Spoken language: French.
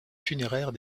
funéraires